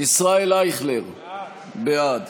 ישראל אייכלר, בעד